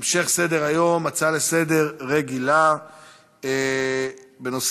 המשך סדר-היום, הצעה לסדר-היום רגילה בנושא: